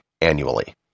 annually